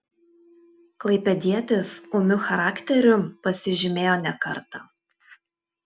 klaipėdietis ūmiu charakteriu pasižymėjo ne kartą